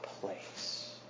place